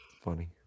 Funny